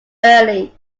early